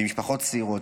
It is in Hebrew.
משפחות צעירות,